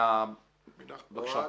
בבקשה,